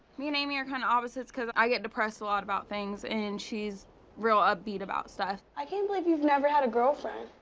me and amie are kind of opposites, cause i get depressed a lot about things, and she's real upbeat about stuff. i can't believe you've never had a girlfriend.